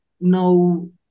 no